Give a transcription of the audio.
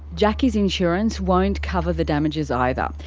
jacki's insurance won't cover the damages either.